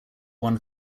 won